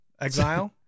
Exile